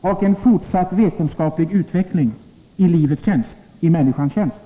och en fortsatt vetenskaplig utveckling i livets och människans tjänst.